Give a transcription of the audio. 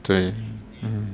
对 mm